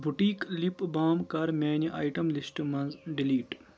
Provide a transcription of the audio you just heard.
boutique lip balm کَر میانہِ item list منٛز ڈِلیٖٹ